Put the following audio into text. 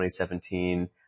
2017